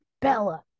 Bella